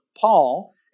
Paul